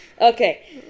Okay